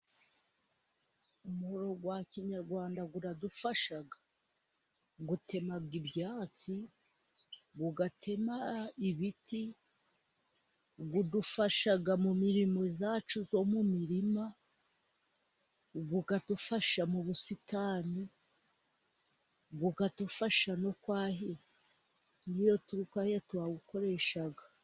Umuhoro wa kinyarwanda uradufasha. Utema ibyatsi, ugatema ibiti, udufasha mu mirimo yacu yo mu mirima, ukadufasha mu busitani, ukadufasha no kwahira. Iyo turi kwahira turawukoresha.